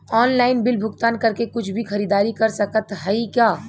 Online bill भुगतान करके कुछ भी खरीदारी कर सकत हई का?